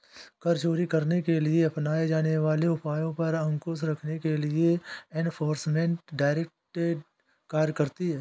कर चोरी करने के लिए अपनाए जाने वाले उपायों पर अंकुश रखने के लिए एनफोर्समेंट डायरेक्टरेट कार्य करती है